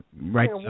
right